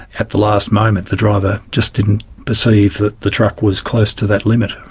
at the last moment. the driver just didn't perceive that the truck was close to that limit.